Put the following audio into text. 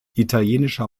italienischer